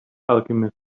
alchemist